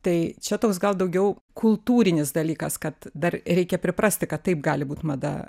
tai čia toks gal daugiau kultūrinis dalykas kad dar reikia priprasti kad taip gali būt mada